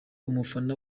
umufana